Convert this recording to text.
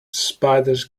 spiders